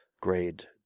grade